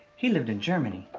he lived in germany.